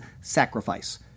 sacrifice